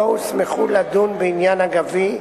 לא הוסמכו לדון בעניין אגבי,